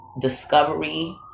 discovery